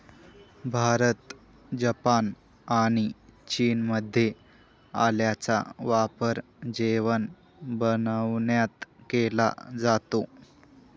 Bharat, Japan आणि चीनमध्ये आल्याचा वापर जेवण बनविण्यात केला जातो